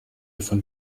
von